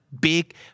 big